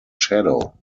shadow